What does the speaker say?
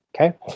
Okay